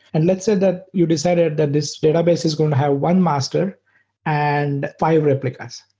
and let's say that you decided that this database is going to have one master and five replicas.